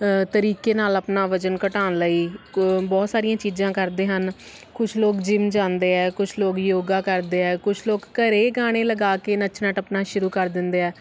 ਤਰੀਕੇ ਨਾਲ ਆਪਣਾ ਵਜ਼ਨ ਘਟਾਉਣ ਲਈ ਕੋ ਬਹੁਤ ਸਾਰੀਆਂ ਚੀਜ਼ਾਂ ਕਰਦੇ ਹਨ ਕੁਛ ਲੋਕ ਜਿਮ ਜਾਂਦੇ ਆ ਕੁਛ ਲੋਕ ਯੋਗਾ ਕਰਦੇ ਆ ਕੁਛ ਲੋਕ ਘਰ ਹੀ ਗਾਣੇ ਲਗਾ ਕੇ ਨੱਚਣਾ ਟੱਪਣਾ ਸ਼ੁਰੂ ਕਰ ਦਿੰਦੇ ਆ